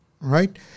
right